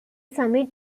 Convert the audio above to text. summit